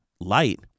light